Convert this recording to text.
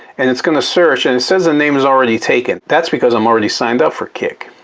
and it's going to search and says the name is already taken. that's because i'm already signed up for kik,